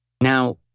now